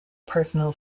personal